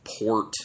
port